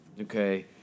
okay